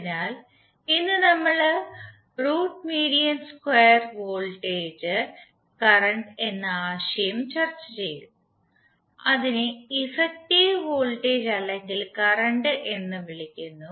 അതിനാൽ ഇന്ന് നമ്മൾ root median square voltage mean square voltage current current എന്ന ആശയം ചർച്ച ചെയ്യും അതിനെ ഇഫക്ടിവ് വോൾട്ടേജ് അല്ലെങ്കിൽ കറന്റ് എന്നും വിളിക്കുന്നു